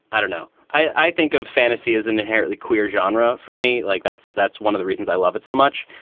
i don't know. i think of fantasy as inherently queer genre for me. like that's that's one of the reasons i love it so much.